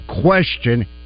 question